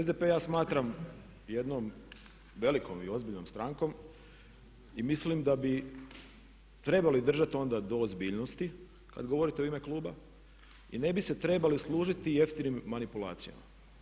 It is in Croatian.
SDP ja smatram jednom velikom i ozbiljnom strankom i mislim da bi trebali držati onda do ozbiljnosti kada govorite u ime kluba i ne bi se trebali služiti jeftinim manipulacijama.